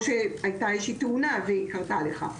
או שהייתה איזושהי תאונה והיא קרתה לך,